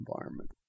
environment